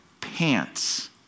pants